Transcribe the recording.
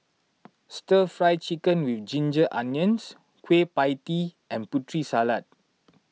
Stir Fry Chicken with Ginger Onions Kueh Pie Tee and Putri Salad